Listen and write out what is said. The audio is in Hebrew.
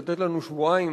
לתת לנו שבועיים